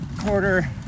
quarter